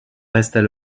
restent